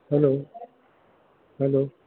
hello hello